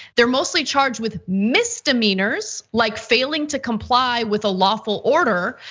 they're mostly charged with misdemeanours, like failing to comply with a lawful order,